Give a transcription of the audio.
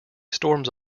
storms